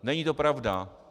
Není to pravda.